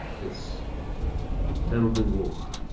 this terrible war,